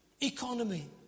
economy